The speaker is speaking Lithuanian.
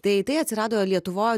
tai atsirado lietuvoj